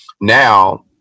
now